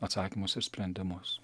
atsakymus ir sprendimus